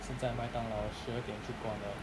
现在麦当劳十二点就关了